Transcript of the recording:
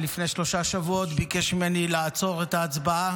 שלפני שלושה שבועות ביקש ממני לעצור את ההצבעה